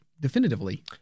definitively